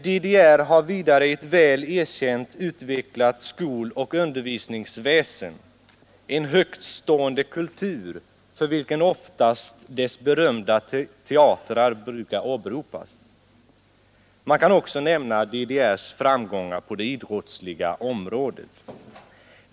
DDR har vidare ett erk at en och en högtstående kultur, för vilken ofta skoloch undervisningsv: dess berömda teatrar brukar åberopas. Man kan också nämna DDR:s framgångar på det idrottsliga området.